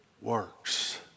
works